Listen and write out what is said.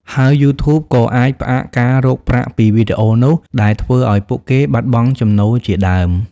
ហើយយូធូបក៏អាចផ្អាកការរកប្រាក់ពីវីដេអូនោះ ដែលធ្វើឲ្យពួកគេបាត់បង់ចំណូលជាដើម។